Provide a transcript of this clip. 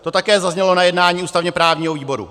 To také zaznělo na jednání ústavněprávního výboru.